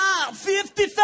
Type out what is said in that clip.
55